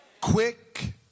Quick